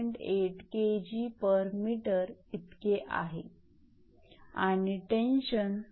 8 𝐾𝑔𝑚 इतके आहे